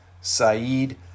Saeed